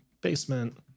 basement